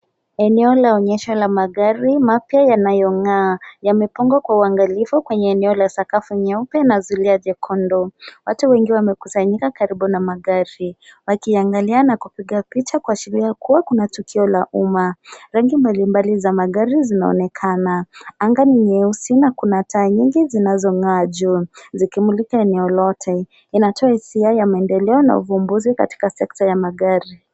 Eneo la onyesho la magari mapya yanayong'aa. Yamepangwa kwa uangalifu kwenye eneo la sakafu nyeupe na zulia jekundu. Watu wengi wamekusanyika karibu na magari. Wakiangalia na kupiga picha kuashiria kuwa kuna tukio la umma. Rangi mbalimbali za magari zinaonekana. Anga ni nyeusi na kuna taa nyingi zinazong'aa juu. Zikimulika eneo lote. Inatoa hisia ya maendeleo na uvumbuzi katika sekta ya magari.